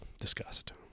discussed